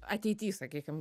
ateity sakykim